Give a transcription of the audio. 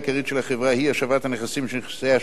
שהיא השבת הנכסים של נכסי השואה ליורשיהם,